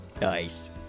nice